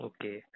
Okay